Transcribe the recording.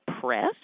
press